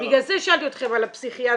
בגלל זה שאלתי אתכם על הפסיכיאטר.